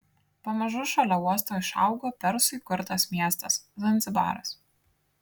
pamažu šalia uosto išaugo persų įkurtas miestas zanzibaras